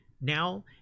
now